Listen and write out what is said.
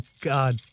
God